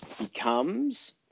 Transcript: becomes